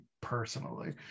personally